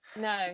No